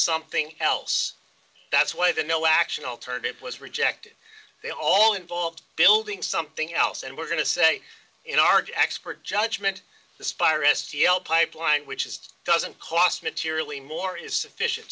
something else that's why the no action alternative was rejected they all involved building something else and we're going to say in our get expert judgement the spire s t l pipeline which is doesn't cost materially more is sufficient